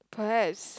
perhaps